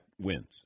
wins